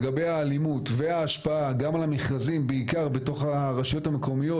לגבי האלימות וההשפעה גם על המכרזים בעיקר בתוך הרשויות המקומיות